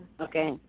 Okay